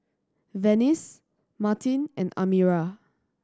Venice Martin and Amira